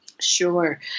Sure